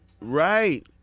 right